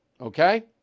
Okay